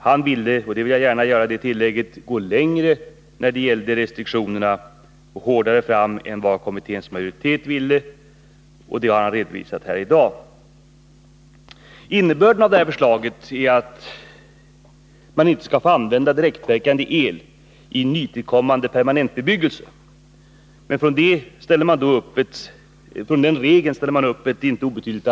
Han ville dock — jag vill gärna göra det tillägget — sträcka sig längre i fråga om restriktioner och gå hårdare fram än vad kommitténs majoritet ville, och det har han redovisat här i dag. Innebörden i det här förslaget är att man inte skall få använda direktverkande el vid nytillkommande permanentbebyggelse, men från den regeln anger vi ett antal undantag.